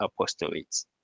apostolates